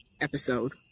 episode